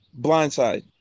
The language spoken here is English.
Blindside